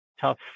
tough